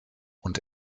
und